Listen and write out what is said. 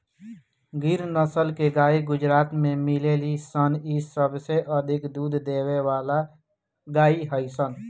गिर नसल के गाई गुजरात में मिलेली सन इ सबसे अधिक दूध देवे वाला गाई हई सन